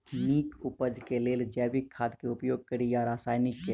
नीक उपज केँ लेल जैविक खाद केँ उपयोग कड़ी या रासायनिक केँ?